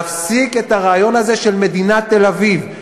להפסיק את הרעיון הזה של מדינת תל-אביב,